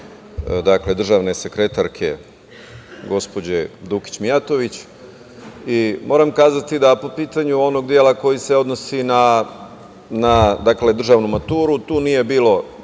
dakle državne sekretarke, gospođe Dukić Mijatović, i moram kazati da po pitanju onog dela koji se odnosi na državnu maturu, tu nije bilo